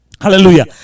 Hallelujah